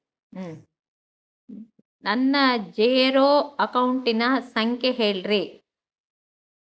ನನ್ನ ಜೇರೊ ಅಕೌಂಟಿನ ಸಂಖ್ಯೆ ಹೇಳ್ರಿ?